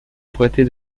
prêter